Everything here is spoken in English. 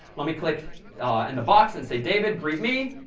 let me click in the box and say david, greet me.